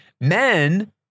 Men